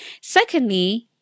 Secondly